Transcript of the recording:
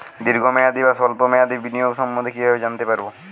দীর্ঘ মেয়াদি বা স্বল্প মেয়াদি বিনিয়োগ সম্বন্ধে কীভাবে জানতে পারবো?